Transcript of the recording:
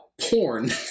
porn